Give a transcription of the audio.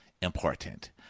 important